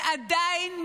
ועדיין,